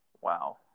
Wow